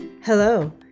Hello